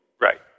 Right